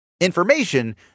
information